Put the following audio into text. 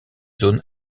zones